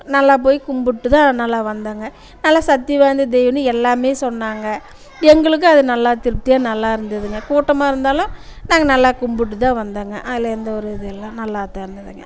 நல்லா போய் கும்பிட்டு தான் நல்லா வந்தோங்க நல்ல சக்தி வாய்ந்த தெய்வம்னு எல்லாம் சொன்னாங்க எங்களுக்கும் அது நல்லா திருப்தியாக நல்லா இருந்ததுங்க கூட்டமாக இருந்தாலும் நாங்கள் நல்லா கும்பிட்டுதான் வந்தோங்க அதில் எந்த ஒரு இதுவும் இல்லை நல்லா தான் இருந்ததுங்க